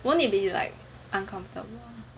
won't it be like uncomfortable